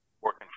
working